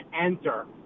enter